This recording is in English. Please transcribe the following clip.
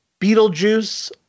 Beetlejuice